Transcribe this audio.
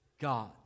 God